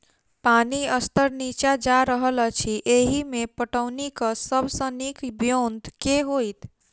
पानि स्तर नीचा जा रहल अछि, एहिमे पटौनीक सब सऽ नीक ब्योंत केँ होइत?